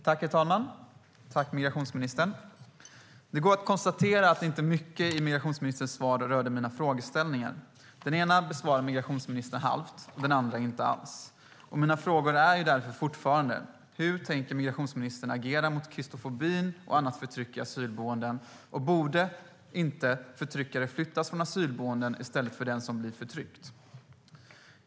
Herr talman! Tack, migrationsministern! Det går att konstatera att inte mycket i migrationsministerns svar rörde mina frågeställningar. Den ena besvarar migrationsministern halvt, den andra inte alls. Mina frågor är därför fortfarande: Hur tänker migrationsministern agera mot kristofobi och annat förtryck på asylboenden, och är det inte förtryckare som borde flyttas från asylboenden i stället för den som blir förtryckt?